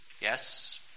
Yes